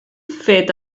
fet